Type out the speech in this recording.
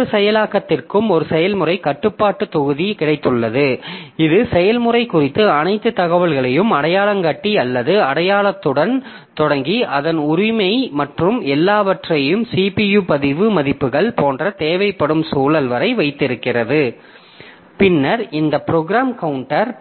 ஒவ்வொரு செயலாக்கத்திற்கும் ஒரு செயல்முறை கட்டுப்பாட்டுத் தொகுதி கிடைத்துள்ளது இது செயல்முறை குறித்த அனைத்து தகவல்களையும் அடையாளங்காட்டி அல்லது அடையாளத்துடன் தொடங்கி அதன் உரிமை மற்றும் எல்லாவற்றையும் CPU பதிவு மதிப்புகள் போன்ற தேவைப்படும் சூழல் வரை வைத்திருக்கிறது பின்னர் இந்த ப்ரோக்ராம் கவுண்டர்